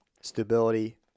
Stability